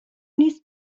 نیست